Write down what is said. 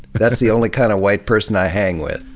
but that's the only kind of white person i hang with.